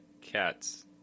cats